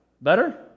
Better